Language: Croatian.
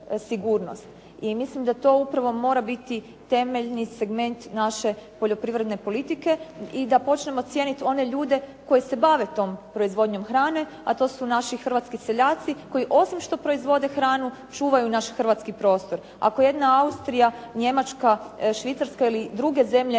i mislim da to upravo mora biti temeljni segment naše poljoprivredne politike i da počnemo cijeniti one ljude koji se bave tom proizvodnjom hrane, a to su naši hrvatski seljaci koji osim što proizvode hranu, čuvaju naš hrvatski prostor. Ako jedna Austrija, Njemačka, Švicarska ili druge zemlje